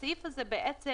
הסעיף הזה יאפשר,